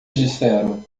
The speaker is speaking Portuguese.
disseram